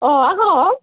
অঁ আহক